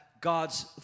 God's